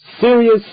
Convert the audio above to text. serious